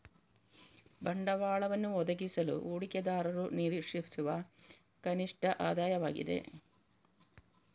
ಬಂಡವಾಳವನ್ನು ಒದಗಿಸಲು ಹೂಡಿಕೆದಾರರು ನಿರೀಕ್ಷಿಸುವ ಕನಿಷ್ಠ ಆದಾಯವಾಗಿದೆ